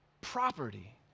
property